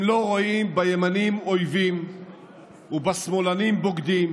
הם לא רואים בימנים אויבים ובשמאלנים בוגדים,